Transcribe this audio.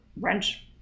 wrench